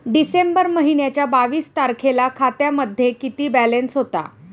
डिसेंबर महिन्याच्या बावीस तारखेला खात्यामध्ये किती बॅलन्स होता?